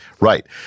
Right